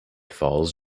falls